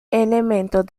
elementos